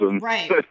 Right